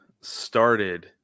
started